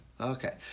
Okay